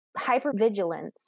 hypervigilance